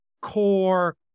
core